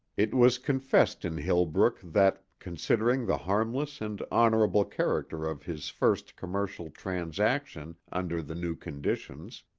it was confessed in hillbrook that, considering the harmless and honorable character of his first commercial transaction under the new conditions,